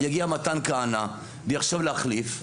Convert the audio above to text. יגיע מתן כהנא ויחשוב להחליף,